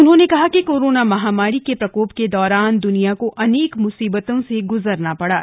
उन्होंने कहा कि कोरोना महामारी के प्रकोप के दौरान दुनिया को अनेक मुसीबतों से गुजरना पड़ा